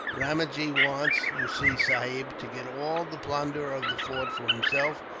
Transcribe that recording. ramajee wants, you see, sahib, to get all the plunder of the fort for himself,